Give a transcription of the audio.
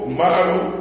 model